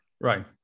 Right